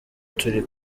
turi